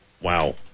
Wow